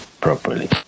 properly